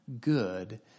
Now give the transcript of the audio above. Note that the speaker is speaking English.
good